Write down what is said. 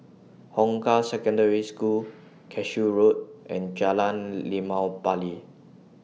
Hong Kah Secondary School Cashew Road and Jalan Limau Bali